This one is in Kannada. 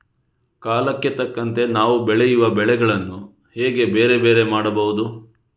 ಕಾಲಕ್ಕೆ ತಕ್ಕಂತೆ ನಾವು ಬೆಳೆಯುವ ಬೆಳೆಗಳನ್ನು ಹೇಗೆ ಬೇರೆ ಬೇರೆ ಮಾಡಬಹುದು?